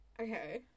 Okay